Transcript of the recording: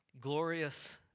glorious